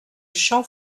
champ